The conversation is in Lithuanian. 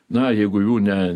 na jeigu jų ne